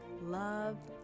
love